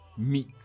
meat